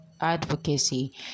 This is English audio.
advocacy